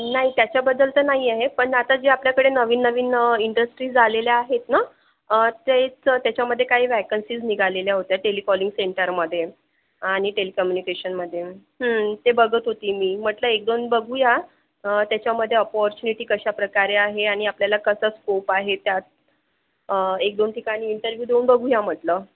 नाही त्याच्याबद्दल तर नाही आहे पण आता जे आपल्याकडे नवीन नवीन इंडस्ट्रीज आलेल्या आहेत ना तेच त्याच्यामध्ये काही व्हॅकन्सीज निघालेल्या होत्या टेलीकॉलिंग सेंटरमध्ये आणि टेलिकम्युनिकेशनमध्ये ते बघत होते मी म्हटलं एक दोन बघूया त्याच्यामध्ये अपॉर्च्युनिटी कशा प्रकारे आहे आणि आपल्याला कसा स्कोप आहे त्यात एक दोन ठिकाणी इंटरव्ह्यू देऊन बघूया म्हटलं